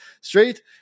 straight